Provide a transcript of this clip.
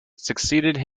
succeeded